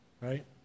right